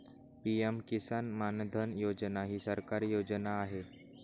PM Kisan Maandhan Yojana ही सरकारी योजना आहे